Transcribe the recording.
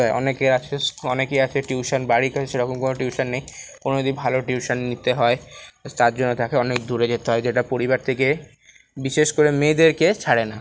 অনেকে আছে অনেকে আছে টিউশন বাড়ির কাছে সেরকম কোনও টিউশন নেই কোনও যদি ভালো টিউশন নিতে হয় তাজ্জন্য তাকে অনেক দূরে যেতে হয় যেটা পরিবার থেকে বিশেষ করে মেয়েদেরকে ছাড়ে না